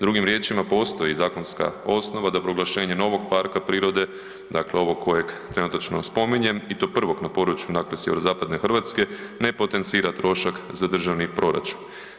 Drugim riječima, postoji zakonska osnova da proglašenje novog parka prirode, dakle ovog kojeg trenutačno spominjem i to prvog na području sjeverozapadne Hrvatske ne potencira trošak za državni proračun.